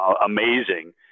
amazing